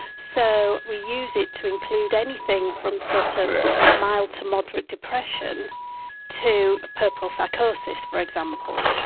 so we use it to include anything from sort of mild to moderate depression to puerperal psychosis for example,